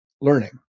learning